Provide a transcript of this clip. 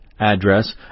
address